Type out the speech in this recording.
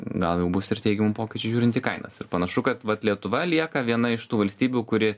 gal jau bus ir teigiamų pokyčių žiūrint į kainas ir panašu kad vat lietuva lieka viena iš tų valstybių kuri